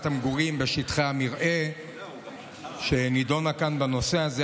המגורים בשטחי המרעה שנדונה כאן בנושא הזה,